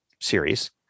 series